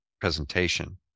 presentation